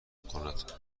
کند